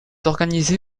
organisé